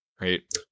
right